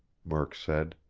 murk said.